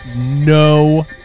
no